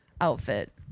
outfit